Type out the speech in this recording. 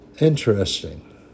Interesting